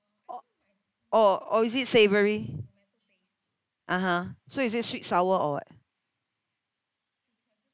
o~ oh or is it savoury (uh huh) so it's sweet sour or what